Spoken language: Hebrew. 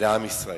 לעם ישראל.